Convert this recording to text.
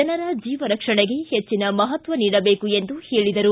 ಜನರ ಜೀವ ರಕ್ಷಣೆಗೆ ಹೆಚ್ಚಿನ ಮಹತ್ವ ನೀಡಬೇಕು ಎಂದು ಹೇಳಿದರು